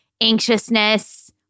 anxiousness